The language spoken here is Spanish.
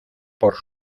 por